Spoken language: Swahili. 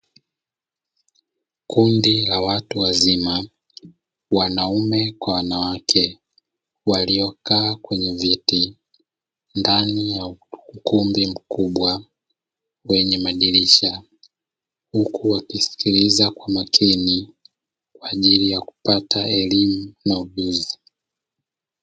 Kundi la watu wazima wanaume kwa wanawake, waliokaa kwenye viti ndani ya ukumbi mkubwa wenye madirisha, huku wakisikiliza kwa makini kwa ajili ya kupata elimu na ujuzi.